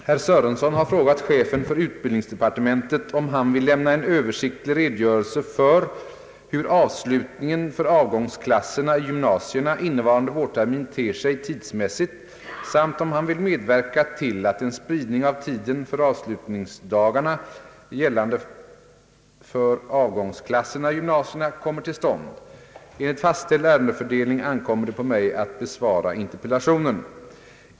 Herr talman! Herr Sörenson har frågat chefen för utbildningsdepartementet om han vill lämna en översiktlig redogörelse för hur avslutningen för avgångsklasserna i gymnasierna innevarande vårtermin ter sig tidsmässigt samt om han vill medverka till att en spridning av tiden för avslutningsdagarna gällande för avgångsklasserna i gymnasierna kommer till stånd. Enligt fastställd ärendefördelning ankommer det på mig att besvara interpellationen.